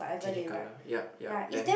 changing colour yup yup then